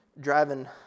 driving